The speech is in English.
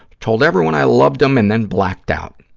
told everyone i loved them, and then blacked out.